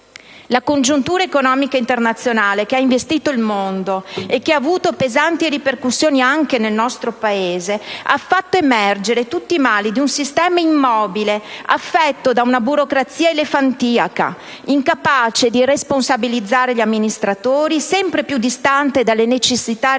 La congiuntura economica internazionale che ha investito il mondo e che ha avuto pesanti ripercussioni anche nel nostro Paese ha fatto emergere tutti i mali di un sistema immobile affetto da una burocrazia elefantiaca, incapace di responsabilizzare gli amministratori, sempre più distante dalle necessità reali dei